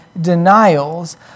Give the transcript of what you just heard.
denials